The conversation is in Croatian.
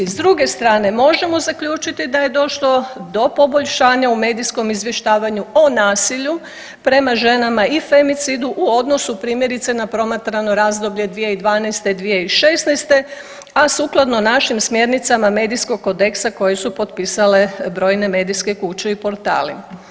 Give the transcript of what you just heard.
S druge strane možemo zaključiti da je došlo do poboljšanja u medijskom izvještavanju o nasilju prema ženama i femicidu u odnosu primjerice na promatrano razdoblje 2012.-2016., a sukladno našim smjernicama medijskog kodeksa koje su potpisale brojne medijske kuće i portali.